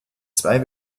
zwei